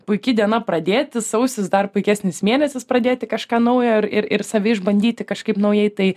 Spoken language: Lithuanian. puiki diena pradėti sausis dar puikesnis mėnesis pradėti kažką naujo ir ir save išbandyti kažkaip naujai tai